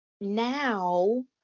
now